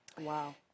Wow